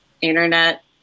internet